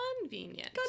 Convenient